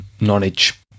knowledge